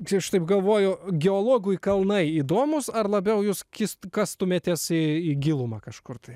čia šitaip galvojo geologui kalnai įdomūs ar labiau jūs kisti kastumėte sau į gilumą kažkur